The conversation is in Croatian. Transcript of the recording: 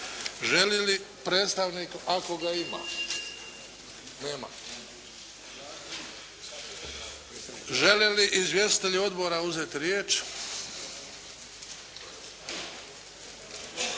Želi li predstavnik ako ga ima, nema. Žele li izvjestitelji odbora uzeti riječ?